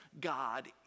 God